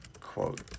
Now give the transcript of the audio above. quote